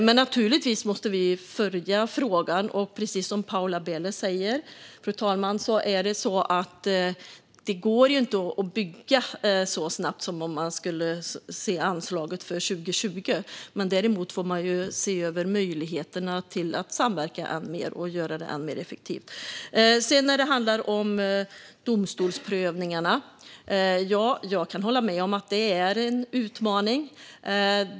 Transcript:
Men naturligtvis måste vi följa frågan, fru talman. Precis som Paula Bieler säger går det inte heller att bygga så snabbt som om man skulle se anslaget för 2020, men man får se över möjligheterna att samverka än mer och göra det än mer effektivt. När det sedan handlar om domstolsprövningarna kan jag hålla med om att det är en utmaning.